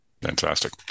Fantastic